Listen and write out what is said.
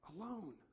alone